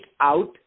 out